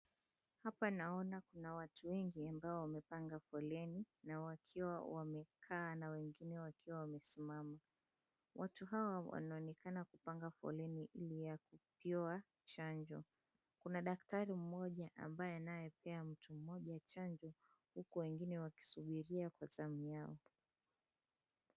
Hapa naona kuna watu wengi ambao wamepanga foleni na wakiwa wamekaa na wengine wakiwa wamesimama. Watu hawa wanaonekana kupanga foleni ili ya kupewa chanjo. Kuna daktari mmoja ambaye anayepea mtu mmoja chanjo huku wengine wakisubiria kwa zamu yao.